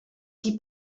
qui